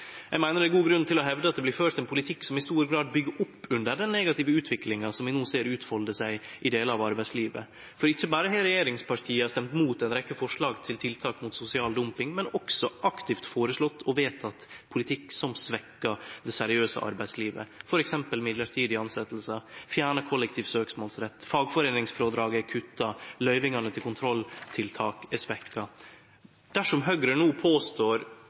eg meiner det er god grunn til å hevde at det blir ført ein politikk som i stor grad byggjer opp under den negative utviklinga som vi no ser utfolde seg i delar av arbeidslivet. Ikkje berre har regjeringspartia stemt imot ei rekkje forslag til tiltak mot sosial dumping, men også aktivt føreslått og vedteke politikk som svekkjer det seriøse arbeidslivet, f.eks. mellombelse tilsetjingar, fjerning av kollektiv søksmålsrett, kutt i fagforeiningsfrådraget og svekte løyvingar til kontrolltiltak. Dersom Høgre no påstår